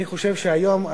אני חושב שהיום,